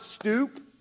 stoop